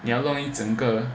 你要弄整个